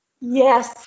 Yes